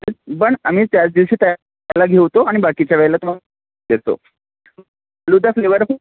पण आम्हीही चार दिवशी त्या त्याला घेतो आणि बाकीच्या वेळेला तर देतो फालुदा फ्लेवर